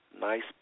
Nice